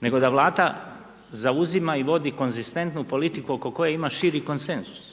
nego da vlada zauzima vodi konzistentnu politiku oko koje ima širi konsenzus.